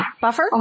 Buffer